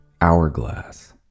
Hourglass